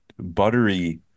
buttery